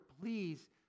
please